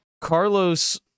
Carlos